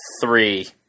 three